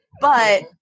but-